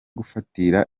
gufatira